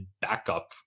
backup